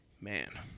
man